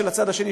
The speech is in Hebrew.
של הצד השני,